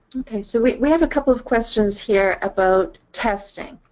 okay. so we have a couple of questions here about testing.